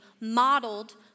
modeled